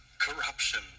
corruption